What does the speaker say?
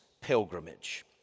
pilgrimage